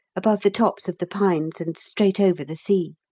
above the tops of the pines, and straight over the sea.